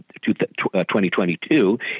2022